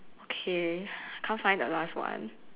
okay can't find the last one